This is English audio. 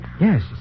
Yes